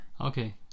Okay